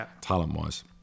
talent-wise